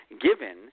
given